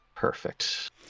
Perfect